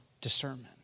discernment